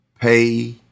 pay